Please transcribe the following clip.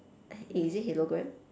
is it hologram